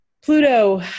Pluto